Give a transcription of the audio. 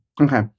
okay